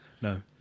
no